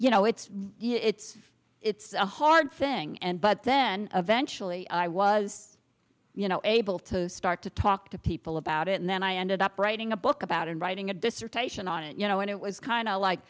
you know it's it's it's a hard thing and but then eventually i was you know able to start to talk to people about it and then i ended up writing a book about and writing a dissertation on it you know and it was kind of like